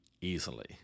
easily